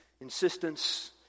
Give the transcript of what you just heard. insistence